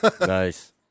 nice